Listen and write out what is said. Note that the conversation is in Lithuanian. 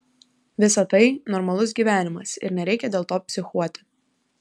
visa tai normalus gyvenimas ir nereikia dėl to psichuoti